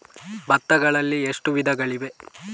ಭತ್ತಗಳಲ್ಲಿ ಎಷ್ಟು ವಿಧಗಳಿವೆ?